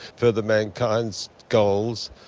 further mankind's goals.